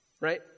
right